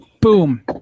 Boom